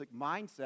mindset